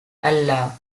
allah